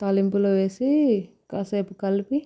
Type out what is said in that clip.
తాలింపులో వేసి కాసేపు కలిపి